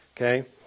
Okay